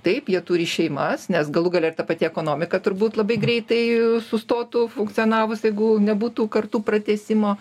taip jie turi šeimas nes galų gale ir ta pati ekonomika turbūt labai greitai sustotų funkcionavus jeigu nebūtų kartų pratęsimo